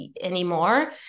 anymore